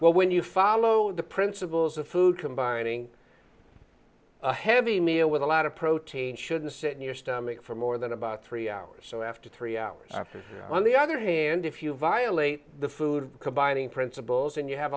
well when you follow the principles of food combining a heavy meal with a lot of protein shouldn't sit in your stomach for more than about three hours so after three hours after on the other hand if you violate the food combining principles and you have